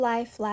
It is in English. Life